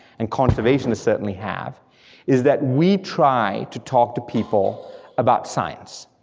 and conservationists certainly have is that we try to talk to people about science,